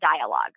dialogue